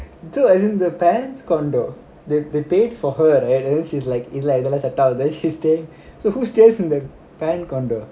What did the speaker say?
so as in the parents condo they they paid for her right and then she's like இல்ல இதுலாம் set ஆகாது:illa idhulam set agathu so who stays in the parent condo